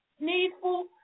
needful